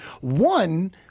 One